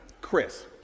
Chris